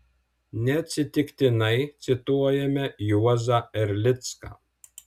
neatsitiktinai cituojame juozą erlicką